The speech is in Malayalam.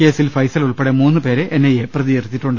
കേസിൽ ഫൈസൽ ഉൾപ്പെടെ മൂന്നുപേരെ എൻ ഐ എ പ്രതി ചേർത്തിട്ടുണ്ട്